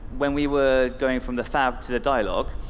when we were going from the fab to the dialogue,